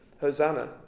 Hosanna